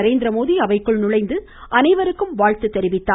நரேந்திரமோடி அவைக்குள் நழைந்து அனைவருக்கும் வாழ்த்து தெரிவித்தார்